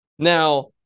Now